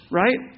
right